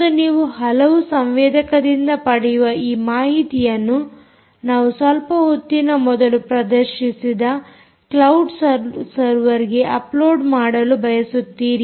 ಮತ್ತು ನೀವು ಹಲವು ಸಂವೇದಕದಿಂದ ಪಡೆಯುವ ಈ ಮಾಹಿತಿಯನ್ನು ನಾವು ಸ್ವಲ್ಪ ಹೊತ್ತಿನ ಮೊದಲು ಪ್ರದರ್ಶಿಸಿದ ಕ್ಲೌಡ್ ಸರ್ವರ್ಗೆ ಅಪ್ಲೋಡ್ ಮಾಡಲು ಬಯಸುತ್ತೀರಿ